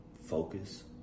focus